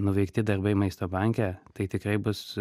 nuveikti darbai maisto banke tai tikrai bus